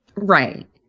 right